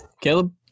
Caleb